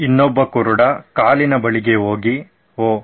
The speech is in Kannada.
ಇನ್ನೊಬ್ಬ ಕುರುಡ ಕಾಲಿನ ಬಳಿಗೆ ಹೋಗಿ ಓಹ್